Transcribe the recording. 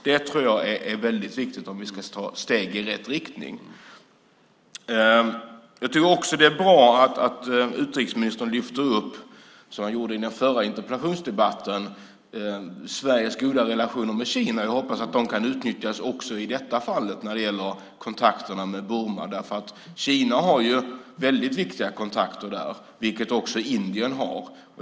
Det tror jag är väldigt viktigt om vi ska kunna ta steg i rätt riktning. Jag tycker att det är bra att utrikesministern lyfter fram, som han gjorde i den förra interpellationsdebatten, Sveriges goda relationer med Kina. Jag hoppas att de kan utnyttjas också i detta fall när det gäller kontakterna med Burma. Kina har väldigt viktiga kontakter där, vilket också Indien har.